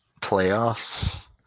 playoffs